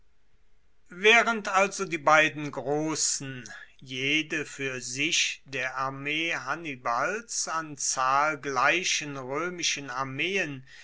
waehrend also die beiden grossen jede fuer sich der armee hannibals an zahl gleichen roemischen armeen